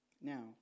Now